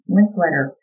Linkletter